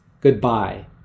Goodbye